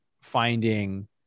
finding